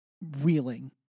reeling